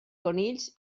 conills